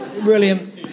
Brilliant